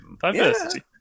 diversity